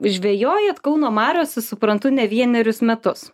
žvejojat kauno mariose suprantu ne vienerius metus